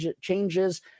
changes